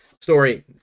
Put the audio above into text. story